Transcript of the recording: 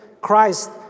Christ